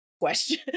Question